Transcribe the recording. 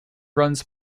runs